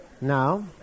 Now